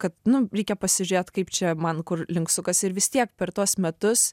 kad nu reikia pasižiūrėt kaip čia man kur link sukasi ir vis tiek per tuos metus